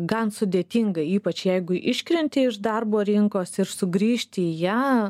gan sudėtinga ypač jeigu iškrenti iš darbo rinkos ir sugrįžti į ją